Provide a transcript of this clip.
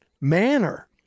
manner